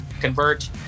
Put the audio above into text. convert